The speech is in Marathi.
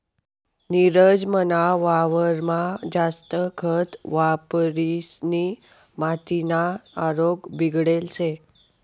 नीरज मना वावरमा जास्त खत वापरिसनी मातीना आरोग्य बिगडेल शे